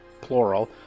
plural